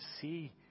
see